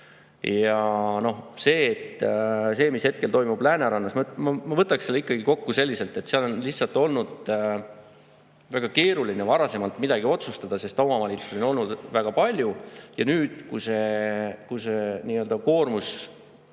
tagatud. See, mis hetkel toimub Läänerannas, ma võtaksin selle ikkagi kokku selliselt, et seal on lihtsalt olnud väga keeruline varasemalt midagi otsustada, sest omavalitsusi on olnud väga palju. Ja nüüd, kui see koormus